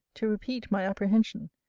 to repeat my apprehension,